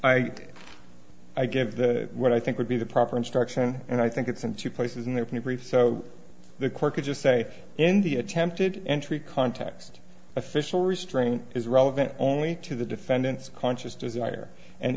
i i give what i think would be the proper instruction and i think it's in two places and there are three so the court could just say in the attempted entry context official restraining is relevant only to the defendant's conscious desire and